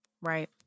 Right